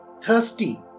Thirsty